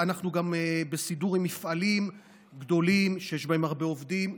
אנחנו גם בהסדר עם מפעלים גדולים שיש בהם הרבה עובדים,